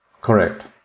Correct